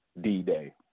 D-Day